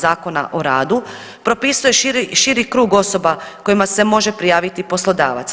Zakona o radu propisuje širi krug osoba kojima se može prijaviti poslodavac.